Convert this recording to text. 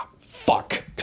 fuck